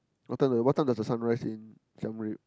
what time the what time does the sun rise in Siam-Reap